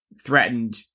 threatened